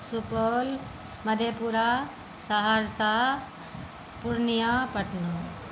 Supaul Madhepura Saharsa Purnia Patna